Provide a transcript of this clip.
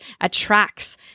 attracts